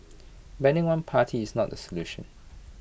banning one party is not the solution